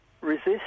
resist